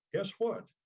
guess what?